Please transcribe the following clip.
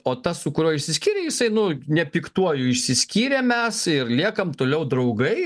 o tas su kuriuo išsiskyrei jisai nu ne piktuoju išsiskyrėm mes ir liekam toliau draugai